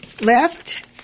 left